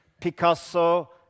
Picasso